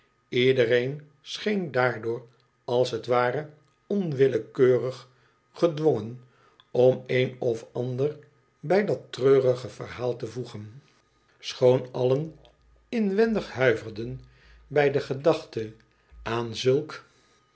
iedereen scheen daardoor als t ware onwillekeurig gedwongen om een of ander bij dat treurige verhaal te voegen schoon allen inwendig huiverden bij de gedachte aan zulk